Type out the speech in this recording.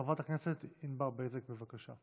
חברת הכנסת ענבר בזק, בבקשה.